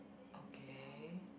okay